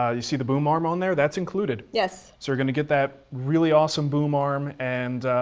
ah you see the boom arm on there? that's included. yes. so you're gonna get that really awesome boom arm and